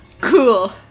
Cool